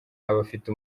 abafite